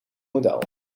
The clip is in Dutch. model